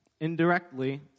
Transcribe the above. indirectly